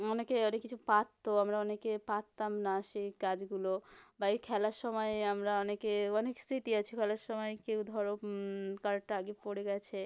অনেকে অনেক কিছু পারতো আমরা অনেকে পারতাম না সেই কাজগুলো বা এই খেলার সময়ে আমরা অনেকে অনেক স্মৃতি আছে খেলার সময় কেউ ধরো কারোরটা আগে পড়ে গেছে